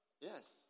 Yes